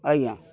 ଆଜ୍ଞା